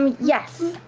yes.